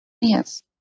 Yes